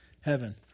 Heaven